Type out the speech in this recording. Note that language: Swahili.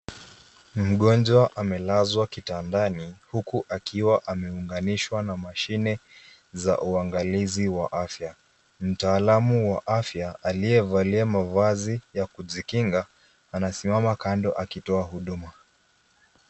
Mgonjwa amelazwa kitandani huku akiwa ameunganishwa na mashine za uangalizi wa afya. Mtaalam wa afya aliye valia mavazi ya kujikinga anasimama kando akitoa huduma.